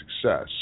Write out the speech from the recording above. success